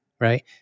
right